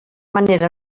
manera